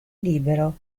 libero